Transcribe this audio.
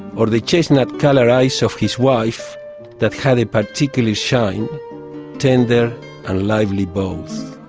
or the chestnut-coloured eyes of his wife that had a particular shine tender and lively both.